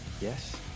Yes